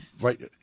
right